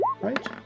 Right